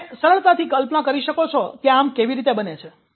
તમે સરળતાથી કલ્પના કરી શકો છો કે આમ કેવી રીતે બને છે